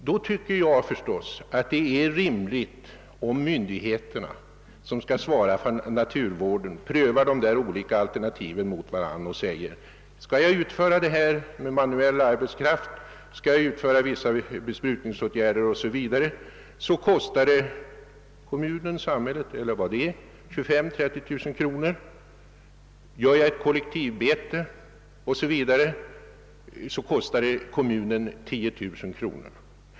Då tycker jag det är rimligt om de myndigheter, som skall svara för naturvården, prövar de olika alternativen och säger: Om detta arbete med manuell arbetskraft, besprutningsåtgärder etc. utföres kostar det kommunen 25 000— 30 000 kronor, men om vi går in för ett kollektivbete kostar det kommunen 10 000 kronor.